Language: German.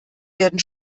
werden